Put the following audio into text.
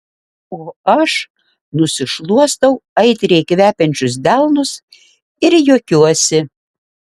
o aš nusišluostau aitriai kvepiančius delnus ir juokiuosi